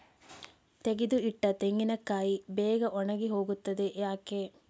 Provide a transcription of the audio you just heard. ತೆಗೆದು ಇಟ್ಟ ತೆಂಗಿನಕಾಯಿ ಬೇಗ ಒಣಗಿ ಹೋಗುತ್ತದೆ ಯಾಕೆ?